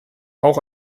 auch